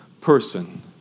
person